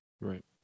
Right